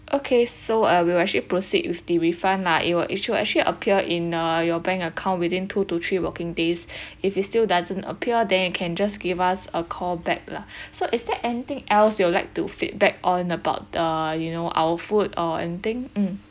okay so uh we will actually proceed with the refund lah it will it should actually appear in your bank account within two to three working days if it still doesn't appear then you can just give us a call back lah so is there anything else you'd like to feedback on about the uh you know our food or anything mm